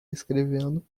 escrevendo